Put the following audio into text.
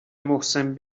محسن